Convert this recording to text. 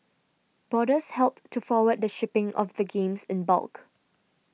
boarders helped to forward the shipping of the games in bulk